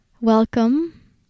welcome